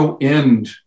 end